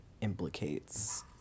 implicates